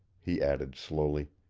he added slowly.